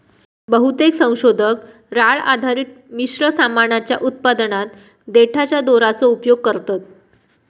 बहुतेक संशोधक राळ आधारित मिश्र सामानाच्या उत्पादनात देठाच्या दोराचो उपयोग करतत